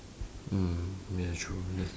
mm ya true that's